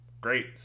great